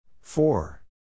Four